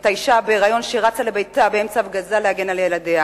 את האשה בהיריון שרצה לביתה באמצע ההפגזה להגן על ילדיה,